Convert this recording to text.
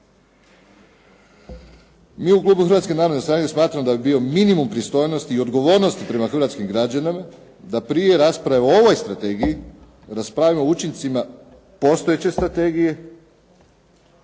Mi u klubu Hrvatske narodne stranke smatramo da bi bio minimum pristojnosti i odgovornosti prema hrvatskim građanima da prije rasprave o ovoj strategiji raspravimo o učincima postojeće strategije,